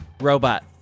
robot